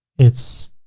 it's